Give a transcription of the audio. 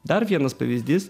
dar vienas pavyzdys